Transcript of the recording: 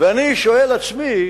אני שואל את עצמי